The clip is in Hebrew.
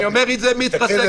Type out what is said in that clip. מתרסקת.